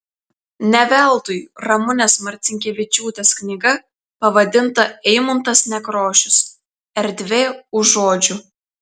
ne veltui ramunės marcinkevičiūtės knyga pavadinta eimuntas nekrošius erdvė už žodžių